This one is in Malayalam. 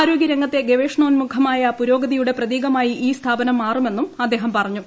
ആരോഗൃരംഗത്തെ ഗ്വേഷണോൻമുഖമായ പുരോഗതിയുടെ പ്രതീകമായി ഈ സ്ഥാപനം മാറുമെന്നും അദ്ദേഹം പറഞ്ഞു